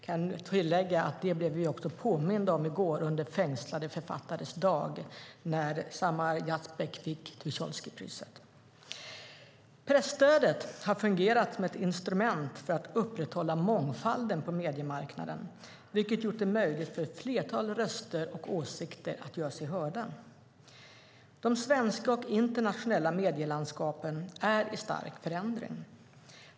Jag kan tillägga att jag blev påmind om det i går under fängslade författares dag när Samar Yazbek fick Tucholskypriset. Presstödet har fungerat som ett instrument för att upprätthålla mångfalden på mediemarknaden, vilket gjort det möjligt för ett flertal röster och åsikter att göra sig hörda. De svenska och internationella medielandskapen är i stark förändring.